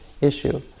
issue